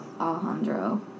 Alejandro